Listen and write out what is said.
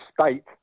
state